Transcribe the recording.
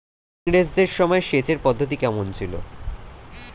ইঙরেজদের সময় সেচের পদ্ধতি কমন ছিল?